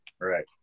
Right